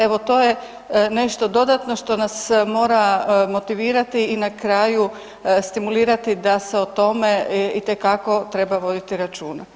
Evo, to je nešto dodatno što nas mora motivirati i na kraju stimulirati da se o tome itekako treba voditi računa.